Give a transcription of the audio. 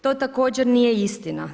To također nije istina.